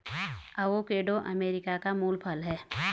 avocado America का मूल फल है